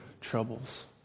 troubles